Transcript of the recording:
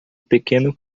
pequeno